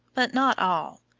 but not all.